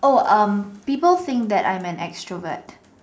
oh um people think that I'm an extrovert